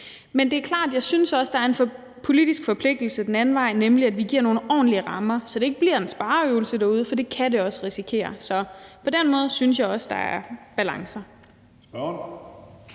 at det er klart, at der er en politisk forpligtigelse den anden vej, nemlig at vi giver nogle ordentlige rammer, så det ikke bliver en spareøvelse derude, for det kan det også risikere så at blive. På den måde synes jeg også, der er balancer.